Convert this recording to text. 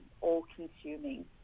all-consuming